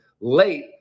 late